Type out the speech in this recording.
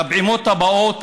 לפעימות הבאות,